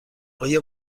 آیا